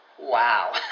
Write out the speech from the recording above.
wow